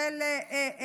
של אותה חברת כנסת.